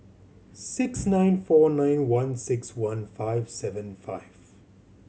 six nine four nine one six one five seven five